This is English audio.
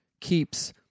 keeps